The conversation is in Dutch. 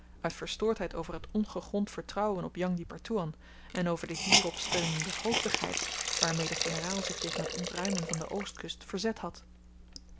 uit verstoordheid over t ongegrond vertrouwen op jang di pertoean en over de hierop steunende hoofdigheid waarmee de generaal zich tegen t ontruimen van de oostkust verzet had